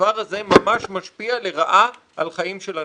הדבר הזה ממש משפיע לרעה על חיים של אנשים.